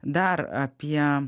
dar apie